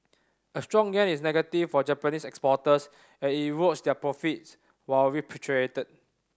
a strong yen is negative for Japanese exporters as it erodes their profits when repatriated